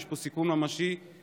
יש פה סיכון ממשי לילדים.